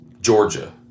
Georgia